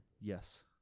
yes